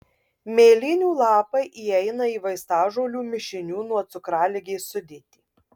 mėlynių lapai įeina į vaistažolių mišinių nuo cukraligės sudėtį